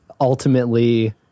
ultimately